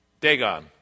Dagon